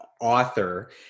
author